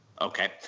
Okay